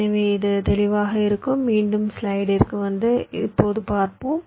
எனவே இது தெளிவாக இருக்கும் மீண்டும் ஸ்லைடிற்கு வந்து இப்போது பார்ப்போம்